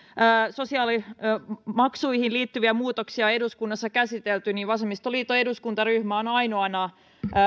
sosiaalimaksuihin liittyviä muutoksia eduskunnassa on käsitelty vasemmistoliiton eduskuntaryhmä on ainoana